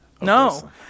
No